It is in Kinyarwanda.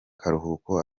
karuhuko